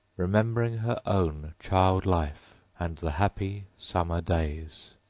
remembering her own child-life, and the happy summer days.